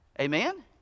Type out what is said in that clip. Amen